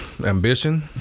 ambition